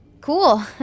Cool